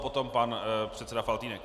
Potom pan předseda Faltýnek.